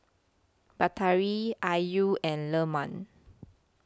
Batari Ayu and Leman